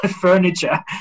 furniture